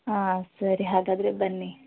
ಹಾಂ ಸರಿ ಹಾಗಾದರೆ ಬನ್ನಿ